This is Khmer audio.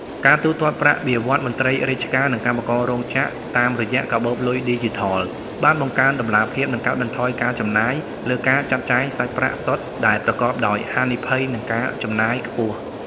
ការទូទាត់ប្រាក់បៀវត្សរ៍មន្ត្រីរាជការ និងកម្មកររោងចក្រតាមរយៈកាបូបលុយឌីជីថល បានបង្កើនតម្លាភាព និងកាត់បន្ថយការចំណាយលើការចាត់ចែងសាច់ប្រាក់សុទ្ធដែលប្រកបដោយហានិភ័យ និងការចំណាយខ្ពស់។